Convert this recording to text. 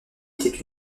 été